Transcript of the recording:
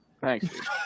Thanks